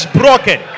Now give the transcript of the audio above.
broken